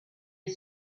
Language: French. est